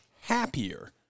happier